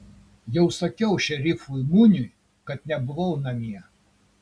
jau sakiau šerifui muniui kad nebuvau namie